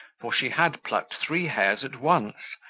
for she had plucked three hairs at once,